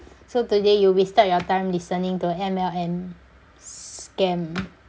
so today you wasted your time listening to M_L_M scam